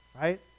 right